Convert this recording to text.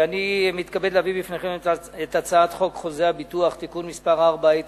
אני מתכבד להביא בפניכם את הצעת חוק חוזה הביטוח (תיקון מס' 4),